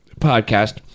Podcast